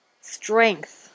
strength